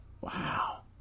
Wow